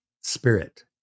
spirit